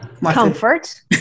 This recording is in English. Comfort